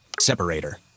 Separator